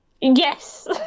Yes